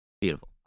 Beautiful